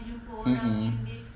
mm mm